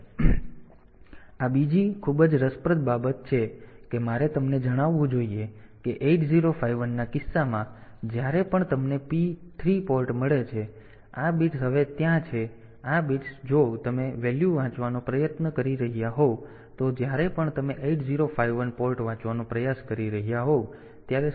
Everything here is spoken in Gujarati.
તેથી આ બીજી ખૂબ જ રસપ્રદ બાબત છે કે મારે તમને જણાવવું જોઈએ કે 8051 ના કિસ્સામાં જ્યારે પણ તમને P 3 પોર્ટ મળે છે તેથી આ બિટ્સ હવે ત્યાં છે આ બિટ્સ જો તમે વેલ્યુ વાંચવાનો પ્રયાસ કરી રહ્યાં હોવ તો જ્યારે પણ તમે 8051 પોર્ટ વાંચવાનો પ્રયાસ કરી રહ્યાં હોવ ત્યારે સૌ પ્રથમ તમારે 1 લખવું પડશે